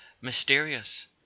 mysterious